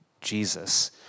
Jesus